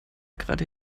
gerade